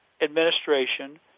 administration